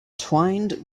twinned